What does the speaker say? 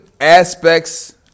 aspects